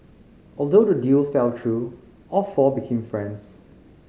although the deal fell through all four become friends